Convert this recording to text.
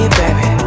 baby